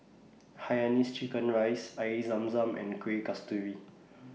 Hainanese Chicken Rice Air Zam Zam and Kueh Kasturi